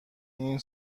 این